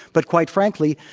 but quite frankly,